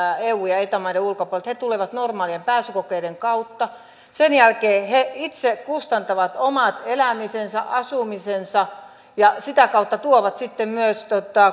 eu ja eta maiden ulkopuolelta tulee normaalien pääsykokeiden kautta sen jälkeen he itse kustantavat omat elämisensä asumisensa ja sitä kautta tuovat sitten myös